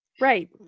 Right